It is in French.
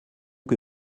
que